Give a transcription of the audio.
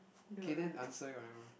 okay then answer on your own